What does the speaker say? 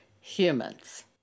humans